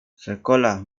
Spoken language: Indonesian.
sekolah